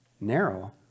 Narrow